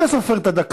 איך אתה סופר את הדקה?